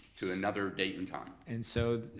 to another date and time. and so,